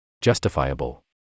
Justifiable